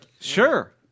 sure